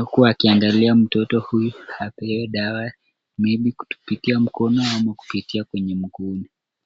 huku akiangalia mtoto huyu apewe dawa [maybe] kupitia mkono ama kupitia kwenye mguuni.